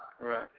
Right